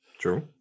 True